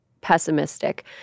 pessimistic